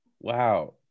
Wow